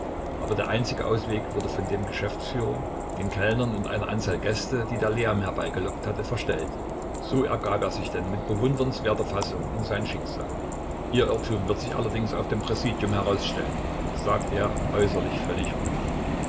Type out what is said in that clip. aber der einzige ausweg wurde von dem geschäftsführer den kellnern und einer anzahl gäste die der lärm herbeigelockt hatte verstellt so ergab er sich denn mit bewundernswerter fassung in sein schicksal ihr irrtum wird sich allerdings auf dem präsidium herausstellen sagte er äußerlich völlig ruhig